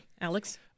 Alex